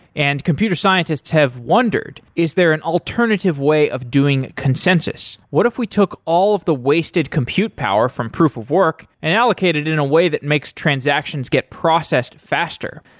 and computer scientists have wondered is there an alternative way of doing consensus? what if we took all of the wasted compute power from proof of work and allocated in a way that makes transactions get processed faster?